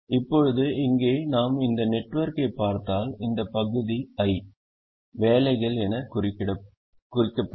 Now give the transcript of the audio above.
இப்போது இங்கே நாம் இந்த நெட்வொர்க்கைப் பார்த்தால் இந்த பகுதி i வேலைகள் என குறிக்கப்படும்